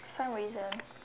for some reason